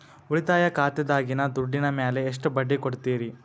ಉಳಿತಾಯ ಖಾತೆದಾಗಿನ ದುಡ್ಡಿನ ಮ್ಯಾಲೆ ಎಷ್ಟ ಬಡ್ಡಿ ಕೊಡ್ತಿರಿ?